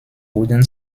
wurden